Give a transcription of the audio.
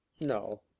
no